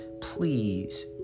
please